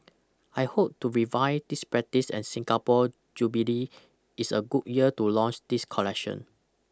I hope to revive this practice and Singapore's jubilee is a good year to launch this collection